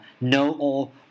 know-all